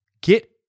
get